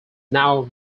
now